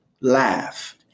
laugh